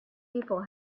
people